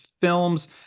films